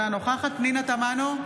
אינה נוכחת פנינה תמנו,